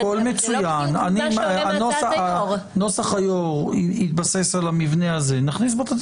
מהותית זה לא משנה את החיקוקים שניתן מכוחם.